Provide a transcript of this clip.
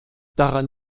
daran